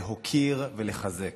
להוקיר ולחזק.